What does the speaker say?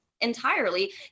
entirely